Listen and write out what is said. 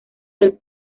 del